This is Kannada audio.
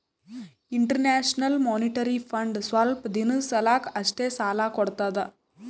ಇಂಟರ್ನ್ಯಾಷನಲ್ ಮೋನಿಟರಿ ಫಂಡ್ ಸ್ವಲ್ಪ್ ದಿನದ್ ಸಲಾಕ್ ಅಷ್ಟೇ ಸಾಲಾ ಕೊಡ್ತದ್